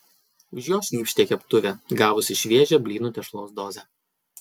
už jo šnypštė keptuvė gavusi šviežią blynų tešlos dozę